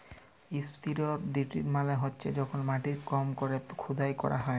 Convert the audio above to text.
strip drill মালে হছে যখল মাটির কম ক্যরে খুদাই ক্যরা হ্যয়